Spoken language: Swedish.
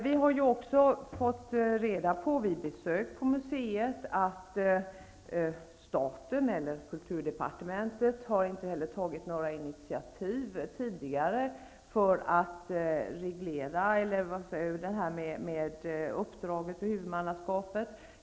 Vi har också vid besök på museet fått reda på att kulturdepartementet inte har tagit några initiativ tidigare för att reglera uppdraget och huvudmannaskapet.